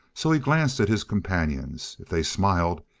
so he glanced at his companions. if they smiled,